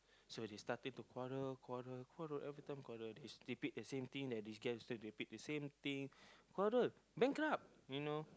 so they started to quarrel quarrel quarrel every time quarrel they repeat the same thing they that these guys repeat the same thing quarrel bankrupt you know